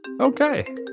Okay